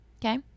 Okay